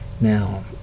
Now